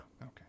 Okay